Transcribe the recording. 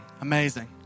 amazing